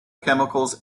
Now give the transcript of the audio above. chemicals